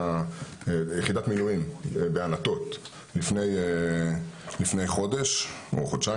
יחידת מילואים בענתות לפני חודש או חודשיים,